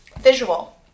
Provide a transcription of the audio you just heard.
visual